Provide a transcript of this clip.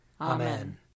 Amen